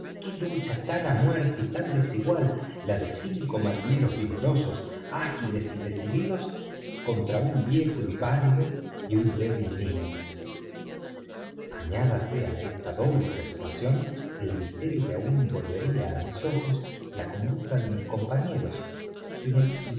qué lucha tan á muerte y tan desigual la de cinco marineros vigorosos ágiles y decididos contra un viejo inválido y un débil niño añádase á esta doble preocupación el misterio que aun envolvería á mis ojos la conducta de mis compañeros